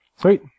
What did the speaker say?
Sweet